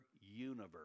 universe